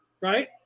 right